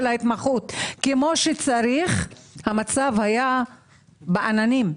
ההתמחות כמו שצריך המצב היה בעננים,